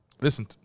Listen